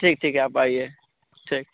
ठीक है ठीक आप आइए ठीक